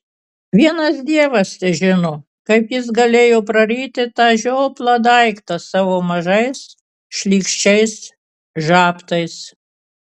vienas dievas težino kaip jis galėjo praryti tą žioplą daiktą savo mažais šlykščiais žabtais